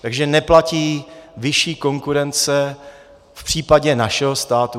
Takže neplatí vyšší konkurence v případě našeho státu.